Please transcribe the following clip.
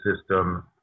system